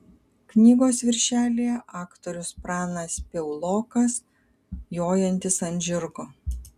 knygos viršelyje aktorius pranas piaulokas jojantis ant žirgo